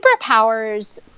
superpowers